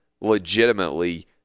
legitimately